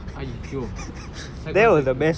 !aiyo! secondary one secondary two